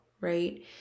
right